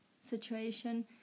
situation